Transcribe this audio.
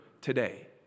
today